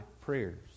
prayers